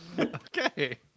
okay